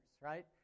Right